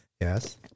Yes